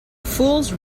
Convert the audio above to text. fools